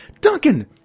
Duncan